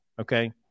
Okay